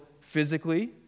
physically